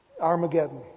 Armageddon